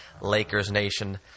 LakersNation